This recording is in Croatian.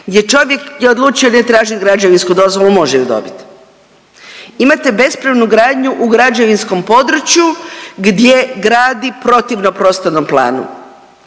gdje čovjek je odlučio ne tražiti građevinsku dozvolu, može ju dobiti. Imate bespravnu gradnju u građevinskom području gdje gradi protivno prostornom planu